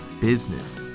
business